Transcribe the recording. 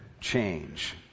change